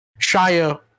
shia